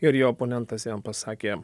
ir jo oponentas jam pasakė